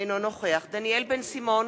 אינו נוכח דניאל בן-סימון,